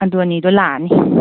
ꯑꯗꯨ ꯑꯅꯤꯗꯣ ꯂꯥꯛꯑꯅꯤ